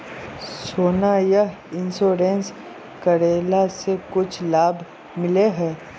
सोना यह इंश्योरेंस करेला से कुछ लाभ मिले है?